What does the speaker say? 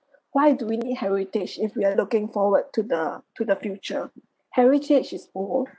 why do we need heritage if we are looking forward to the to the future heritage is poor